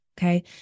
Okay